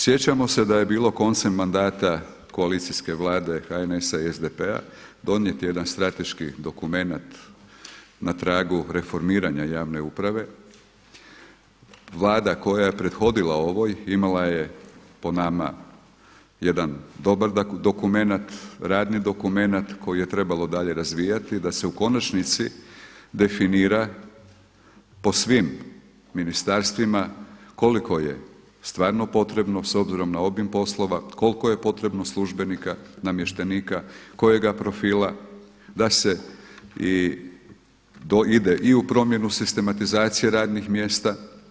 Sjećamo se da je bilo koncem mandata koalicijske vlade HNS-a i SDP-a donijet jedan strateški dokumenat na tragu reformiranja javne uprave, vlada koja je prethodila ovoj imala je po nama jedan dobar dokumenat, radni dokumenat koji je trebalo dalje razvijati da se u konačnici definira po svim ministarstvima koliko je stvarno potrebno s obzirom na obim poslova, koliko je potrebno službenika, namještenika, kojega profila da se ide i u promjenu sistematizacije radnih mjesta.